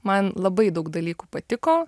man labai daug dalykų patiko